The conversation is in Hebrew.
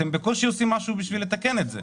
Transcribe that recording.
אתם בקושי עושים משהו בשביל לתקן את זה.